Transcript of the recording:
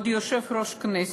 כבוד יושב-ראש הכנסת,